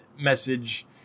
message